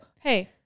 Hey